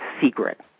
secret